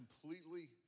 completely